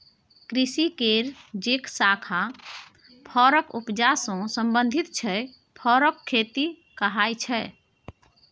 कृषि केर जे शाखा फरक उपजा सँ संबंधित छै फरक खेती कहाइ छै